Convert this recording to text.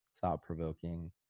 thought-provoking